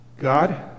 God